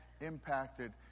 impacted